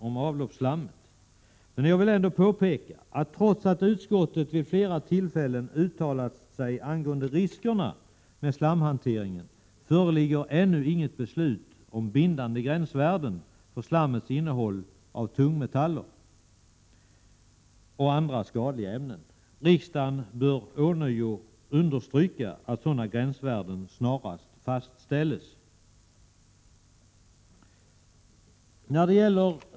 Den handlar om avloppsslam. Trots att utskottet vid flera tillfällen uttalat sig angående riskerna med slamhantering föreligger ännu inget beslut om bindande gränsvärden för slammets innehåll av tungmetaller och andra skadliga ämnen. Riksdagen bör ånyo understryka att sådana gränsvärden snarast bör fastställas.